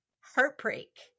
heartbreak